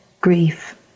grief